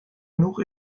genoeg